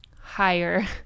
higher